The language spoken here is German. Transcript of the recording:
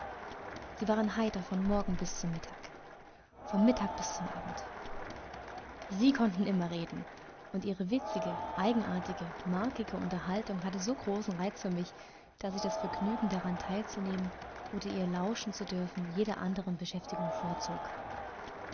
sie waren heiter vom morgen bis zum mittag vom mittag bis zum abend sie konnten immer reden und ihre witzige eigenartige markige unterhaltung hatte so großen reiz für mich daß ich das vergnügen daran teilzunehmen oder ihr lauschen zu dürfen jeder anderen beschäftigung vorzog